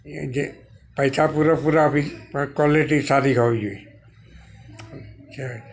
એ જે પૈસા પૂરેપૂરા આપીશ પણ કોલેટી સારી હોવી જય હિ